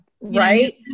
right